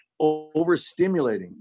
overstimulating